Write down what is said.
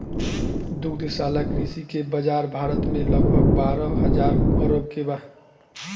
दुग्धशाला कृषि के बाजार भारत में लगभग बारह हजार अरब के बा